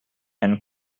and